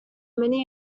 many